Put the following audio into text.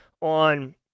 on